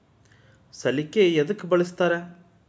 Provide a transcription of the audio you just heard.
ಸಲಿಕೆ ಯದಕ್ ಬಳಸ್ತಾರ?